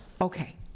Okay